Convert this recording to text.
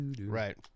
Right